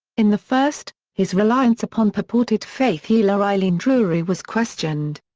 in the first, his reliance upon purported faith healer eileen drewery was questioned.